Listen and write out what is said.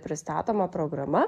pristatoma programa